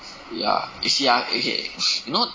ya you see ah no